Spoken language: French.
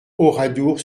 oradour